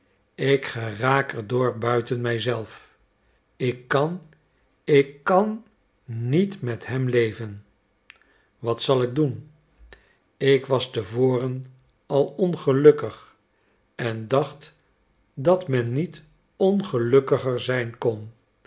ik geraak er door buiten mij zelf ik kan ik kan niet met hem leven wat zal ik doen ik was te voren al ongelukkig en dacht dat men niet ongelukkiger zijn kon